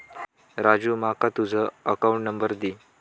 राजू माका तुझ account number दी